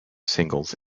singles